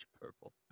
purple